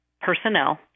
personnel